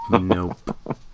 Nope